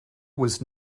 was